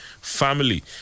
family